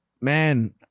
man